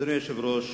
אדוני היושב-ראש,